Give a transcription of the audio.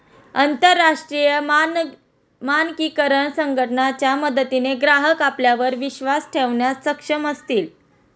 अंतरराष्ट्रीय मानकीकरण संघटना च्या मदतीने ग्राहक आपल्यावर विश्वास ठेवण्यास सक्षम असतील